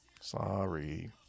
Sorry